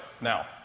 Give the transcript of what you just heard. now